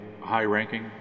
high-ranking